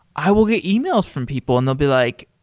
i will get email from people and they'll be like,